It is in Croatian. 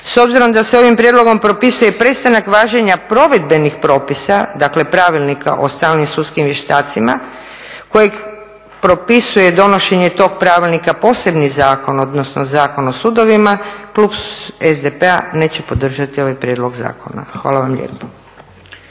s obzirom da se ovim prijedlogom propisuje prestanak važenja provedbenih propisa, dakle Pravilnika o stalnim sudskim vještacima kojeg propisuje donošenje tog pravilnika posebni zakon odnosno Zakon o sudovima, klub SDP-a neće podržati ovaj prijedlog zakona. Hvala vam lijepo.